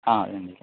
ആ രണ്ടു കിലോ